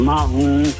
Mountain